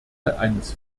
eines